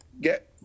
get